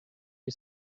you